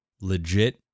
legit